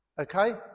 Okay